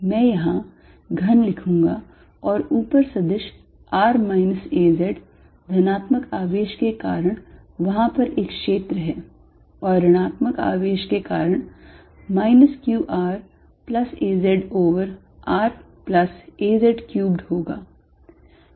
मैं यहां घन लिखूंगा और ऊपर सदिश r minus 'az' धनात्मक आवेश के कारण वहां पर एक क्षेत्र है और ऋणात्मक आवेश के कारण minus q r plus 'az' over r plus 'az' cubed होगा